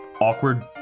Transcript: awkward